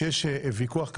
כשיש ויכוח כזה,